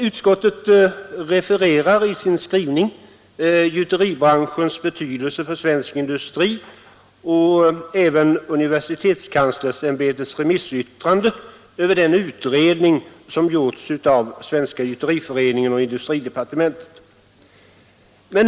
Utskottet refererar i sin skrivning till gjuteribranschens betydelse för svensk industri och även till universitetskanslersämbetets remissyttrande över den utredning som gjorts av Svenska gjuteriföreningen och industridepartementet.